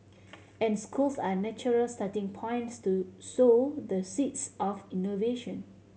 and schools are natural starting points to sow the seeds of innovation